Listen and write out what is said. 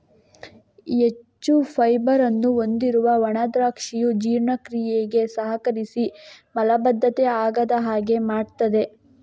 ಹೆಚ್ಚು ಫೈಬರ್ ಅನ್ನು ಹೊಂದಿರುವ ಒಣ ದ್ರಾಕ್ಷಿಯು ಜೀರ್ಣಕ್ರಿಯೆಗೆ ಸಹಕರಿಸಿ ಮಲಬದ್ಧತೆ ಆಗದ ಹಾಗೆ ಮಾಡ್ತದೆ